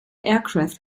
aircraft